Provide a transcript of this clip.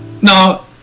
now